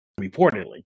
Reportedly